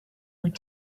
would